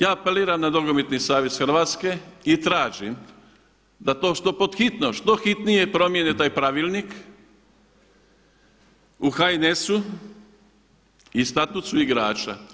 Ja apeliram na nogometni savez Hrvatske i tražim da to što pod hitno, što hitnije promjene taj pravilnik u HNS-u i statusu igrača.